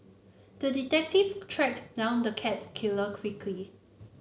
the detective tracked down the cat killer quickly